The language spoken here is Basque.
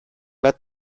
bat